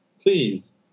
please